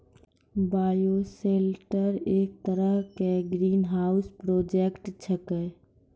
bioshelter एक तरह के ग्रीनहाउस प्रोजेक्ट छेकै